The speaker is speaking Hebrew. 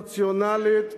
רציונלית: